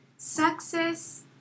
Success